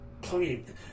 Please